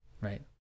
right